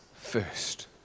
first